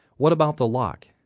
what about the lock?